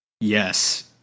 Yes